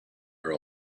are